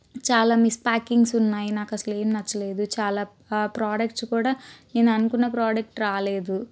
చాలా miss packings ఉన్నాయి నాకు అసలు ఏం నచ్చలేదు చాలా ప్రొడక్ట్స్ కూడా నేను అనుకున్న ప్రోడక్ట్ రాలేదు